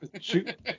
shoot